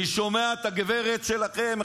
אני שומע את הגברת שלכם,